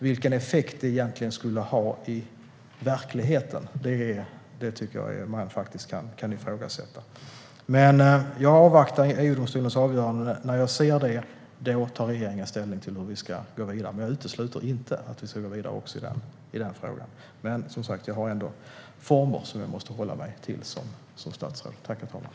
Vilken effekt det egentligen skulle ha i verkligheten kan man ifrågasätta. Jag avvaktar EU-domstolens avgörande. När jag ser det tar regeringen ställning till hur vi ska gå vidare. Jag utesluter inte att vi ska gå vidare också i den frågan. Men jag har ändå former som jag måste hålla mig till som statsråd.